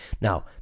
now